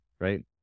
right